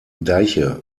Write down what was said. deiche